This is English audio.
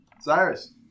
Cyrus